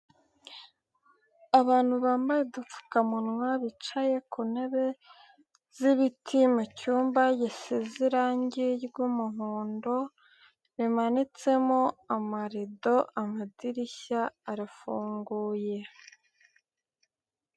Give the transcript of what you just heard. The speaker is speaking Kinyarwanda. Abantu bambaye udupfukamunwa, bicaye ku ntebe z'ibiti mu cyumba gisize irangi ry'umuhondo rimanitsemo amarido, amadirishya arafunguye.